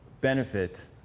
benefit